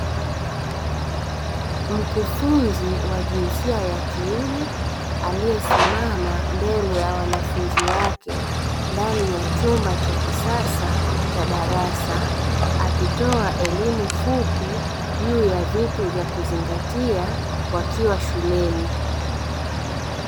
Mkufunzi wa jinsia ya kiume aliesimama mbele ya wanafunzi wake ndani ya chumba cha kisasa cha darasa, akitoa elimu fupi juu ya vitu vya kuzingatia wakiwa shuleni.